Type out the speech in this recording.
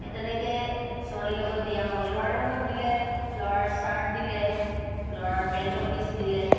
তেনেকৈ ছোৱালীৰ লগত দিয়া হয় ল'ৰাৰ লগত দিলে ল'ৰাৰ চাৰ্ট দিলে ল'ৰাৰ পেন্টৰ পিচ দিলে